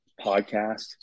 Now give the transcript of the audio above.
podcast